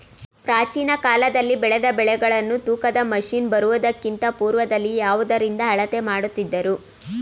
ಪ್ರಾಚೀನ ಕಾಲದಲ್ಲಿ ಬೆಳೆದ ಬೆಳೆಗಳನ್ನು ತೂಕದ ಮಷಿನ್ ಬರುವುದಕ್ಕಿಂತ ಪೂರ್ವದಲ್ಲಿ ಯಾವುದರಿಂದ ಅಳತೆ ಮಾಡುತ್ತಿದ್ದರು?